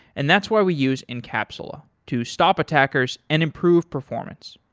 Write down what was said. and that's why we use encapsula to stop attackers and improve performance.